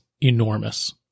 enormous